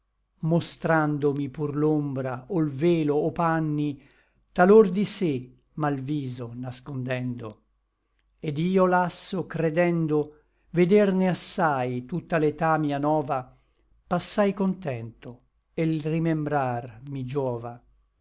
mostrandomi pur l'ombra o l velo o panni talor di sé ma l viso nascondendo et io lasso credendo vederne assai tutta l'età mia nova passai contento e l rimembrar mi giova